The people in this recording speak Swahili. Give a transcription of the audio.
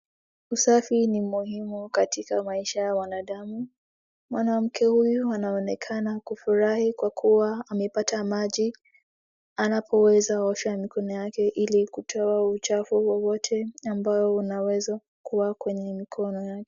Usafi ni muhimu katika maisha ya wanadamu. Mwanamke huyu anaonekana kufurahi kwa kua amepata maji anapoweza osha mikono yake ili kutoa uchafu wowote ambao unaweza kua kwenye mikono yake.